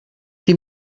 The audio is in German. die